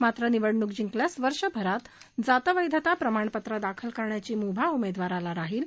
मात्र निवडणूक जिंकल्यास वर्षभरात जात वैधता प्रमाणपत्र दाखल करण्याची मुभा उमेदवाराला राहील